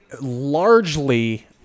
Largely